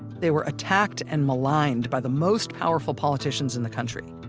they were attacked and maligned by the most powerful politicians in the country.